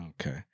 Okay